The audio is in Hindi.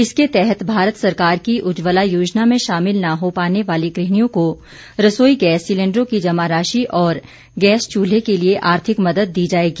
इसके तहत भारत सरकार की उज्जवला योजना में शामिल न हो पाने वाली गृहणियों को रसोई गैस सिलेंडरों की जमा राशि और गैस चूल्हे के लिए आर्थिक मद्द दी जाएगी